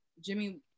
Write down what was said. Jimmy